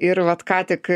ir vat ką tik